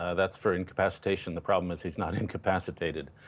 that's for incapacitation. the problem is, he's not incapacitated.